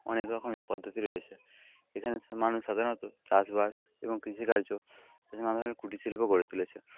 অনেক রকমের পদ্ধতি রয়েছে এখানে সব মানুষ সাধারণত চাষবাস এবং কৃষিকার্য এখানে নানা কুটির শিল্প গড়ে তুলেছে